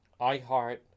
iheart